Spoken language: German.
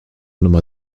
nummer